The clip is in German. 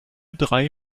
drei